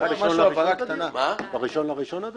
אני